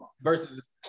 versus